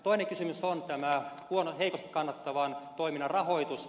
toinen kysymys on tämä heikosti kannattavan toiminnan rahoitus